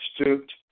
stooped